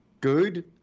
good